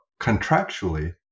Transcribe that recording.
contractually